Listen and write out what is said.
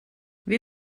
wir